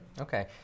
Okay